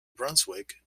brunswick